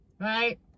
right